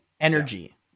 energy